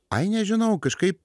ai nežinau kažkaip